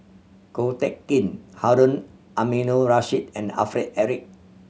Ko Teck Kin Harun Aminurrashid and Alfred Eric